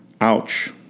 Ouch